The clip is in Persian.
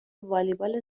والیبال